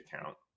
account